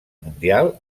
mundial